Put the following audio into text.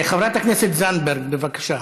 חברת הכנסת זנדברג, בבקשה.